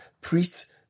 priests